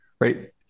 Right